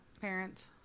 parents